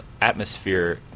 atmosphere